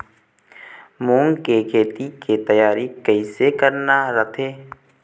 मूंग के खेती के तियारी कइसे करना रथे?